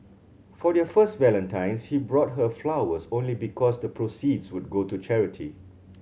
for their first Valentine's he bought her flowers only because the proceeds would go to charity